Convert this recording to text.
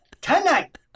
tonight